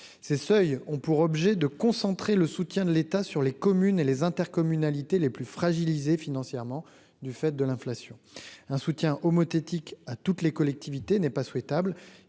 ces seuils ont pour objet de concentrer le soutien de l'État sur les communes et les intercommunalités les plus fragilisés financièrement du fait de l'inflation, un soutien homothétiquement à toutes les collectivités n'est pas souhaitable